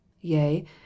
YEA